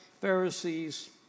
Pharisees